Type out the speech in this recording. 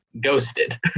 Ghosted